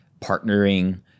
partnering